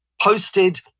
posted